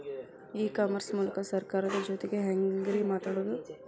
E commerce ಮೂಲಕ ಸರ್ಕಾರದ ಜೊತಿಗೆ ಹ್ಯಾಂಗ್ ರೇ ಮಾತಾಡೋದು?